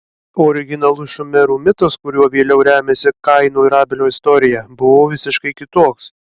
originalus šumerų mitas kuriuo vėliau remiasi kaino ir abelio istorija buvo visiškai kitoks